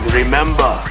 remember